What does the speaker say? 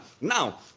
Now